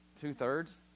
two-thirds